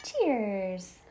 Cheers